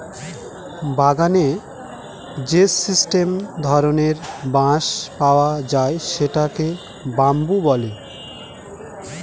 বাগানে যে স্টেম ধরনের বাঁশ পাওয়া যায় সেটাকে বাম্বু বলে